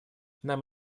нам